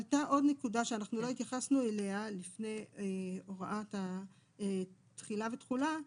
עלתה עוד נקודה שאנחנו לא התייחסנו אליה לפני הוראת התחילה והתחולה,